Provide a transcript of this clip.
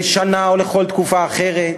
לשנה או לכל תקופה אחרת,